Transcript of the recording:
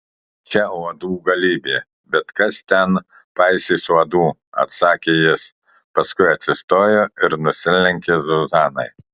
čia uodų galybė bet kas ten paisys uodų atsakė jis paskui atsistojo ir nusilenkė zuzanai